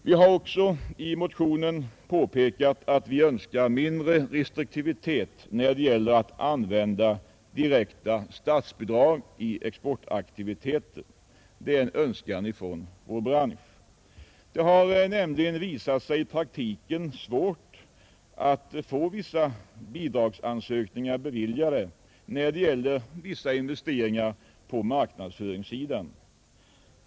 Vi har också i motionen påpekat att vi önskar mindre restriktivitet när det gäller att använda direkta statsbidrag i exportaktiviteter — det är en önskan från branschen. Det har nämligen i praktiken visat sig svårt att få bidragsansökningar beviljade när det gäller vissa investeringar på marknadsföringssidan.